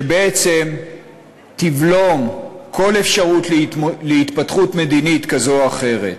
שבעצם תבלום כל אפשרות להתפתחות מדינית כזו או אחרת.